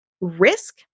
risk